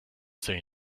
say